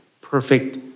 perfect